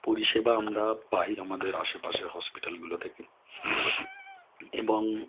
পরিষেবা আমরা পাই আমাদের আশেপাশের হসপিটালগুলো থেকে এবং